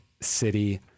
City